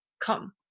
come